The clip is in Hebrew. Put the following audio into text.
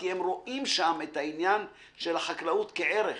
כי הם שם רואים את העניין של החקלאות כערך.